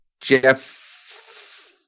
Jeff